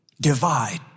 divide